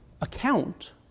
account